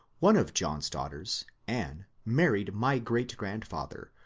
one of john's daughters, anne, married my great-grandfather.